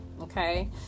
Okay